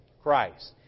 Christ